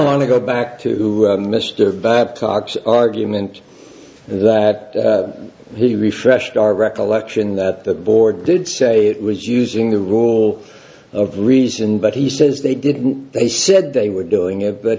i want to go back to mr babcock's argument that he refreshed our recollection that the board did say it was using the role of reason but he says they didn't they said they were doing it but